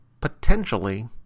potentially